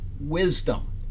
wisdom